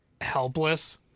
helpless